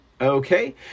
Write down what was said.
okay